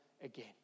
again